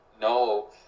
No